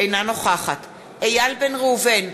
אינה נוכחת איל בן ראובן,